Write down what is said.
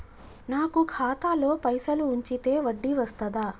నాకు ఖాతాలో పైసలు ఉంచితే వడ్డీ వస్తదా?